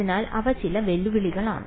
അതിനാൽ അവ ചില വെല്ലുവിളികളാണ്